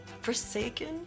forsaken